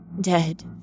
dead